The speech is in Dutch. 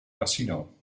casino